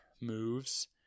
moves